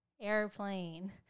airplane